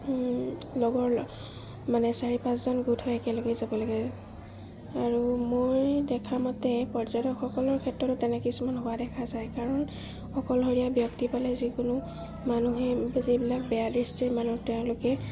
লগৰ মানে চাৰি পাঁচজন গোট হৈ একেলগেই যাব লাগে আৰু মই দেখামতে পৰ্যটকসকলৰ ক্ষেত্ৰতো তেনে কিছুমান হোৱা দেখা যায় কাৰণ অকলশৰীয়া ব্যক্তি পালে যিকোনো মানুহে যিবিলাক বেয়া দৃষ্টিৰ মানুহ তেওঁলোকে